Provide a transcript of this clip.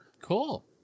cool